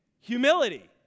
humility